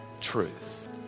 truth